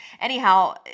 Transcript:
Anyhow